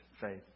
faith